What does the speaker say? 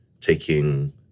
taking